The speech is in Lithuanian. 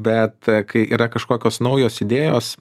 bet kai yra kažkokios naujos idėjos